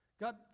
God